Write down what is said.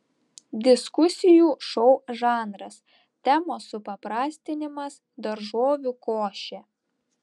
diskusijų šou žanras temos supaprastinimas daržovių košė